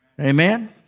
Amen